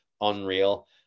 unreal